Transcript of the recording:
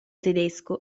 tedesco